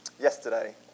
yesterday